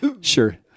Sure